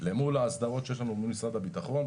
למול ההסדרות שיש לנו מול משרד הביטחון,